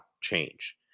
change